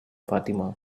fatima